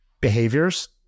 behaviors